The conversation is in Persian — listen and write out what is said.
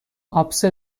آبسه